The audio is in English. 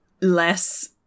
less